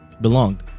belonged